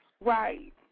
Right